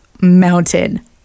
mountain